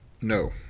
No